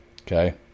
Okay